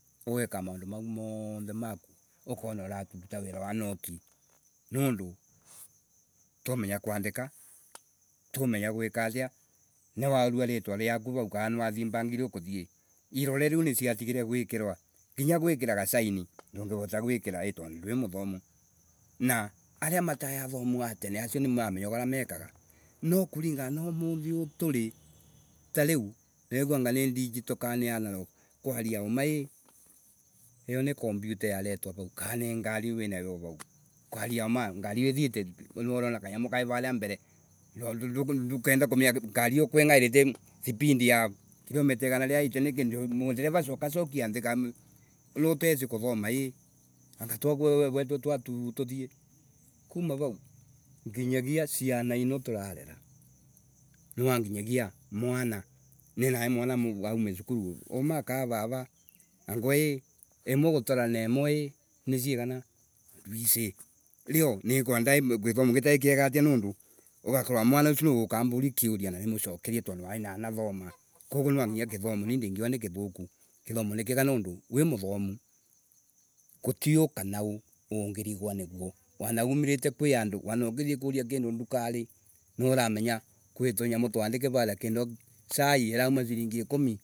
Ugeka maundu mau moothe, maku. Ukona uraruta wira wa noki tondu, ti umenya kuundika, ti umenya guika atia. ni waurwa ritwa riaku vau kana niwathii bangi iria ukuthii. Irore riu niciatigirwe guikirwa. Nginya guikira gasian ndungirota guikira I tondu ndwimuthomu. Na aria mataiathomu atene acio nimmamenyaga uria mekaga. No kuringana na umuthi uuu turi, tariu, niregua anga ni digital kana ni analog. Kuria uma I, iyo ni computa yaletwa rau ka ani ngari winayo vao. Kwaria ma, ngari iyo ithiite kaa ni urona kanyamu kau kevau mbere ndukenda kumenya ngari iyo ko ingarite spidi ya kilometa 180 niki Ndereria cokia cokia thii kaa Riu utesi kuthoma I anga we twatotu tothio Kuma vau nginyagia ciana ino turarera, nwanginyagia mwana, ni na mwana niwauma sikulu, uma kana vara angwe I, ikwe gutarana imwe I ni agana we ndwici. Rio githomo ngingikorwa gitaikiega atiaagakorwa mwana ucio niaguka amburie kiuria na nimucokerie tondo anani nanathoma koguo nwanginya kithomo ni ndinguiga nigicoko. Kithomo nikiega tondu wimuthomu, gutio kana o ungirigwa niguo. Wana umirite kwi andu., wana ukithii kuria kindu ndukari nuramenya kwi tunyamu twandike raria. Kitho sai irauma siringi ikumi.